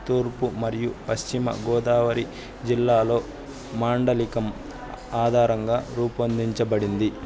తూర్పు మరియు పశ్చిమగోదావరి జిల్లాలో మాండలికం ఆధారంగా రూపొందించబడింది